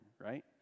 right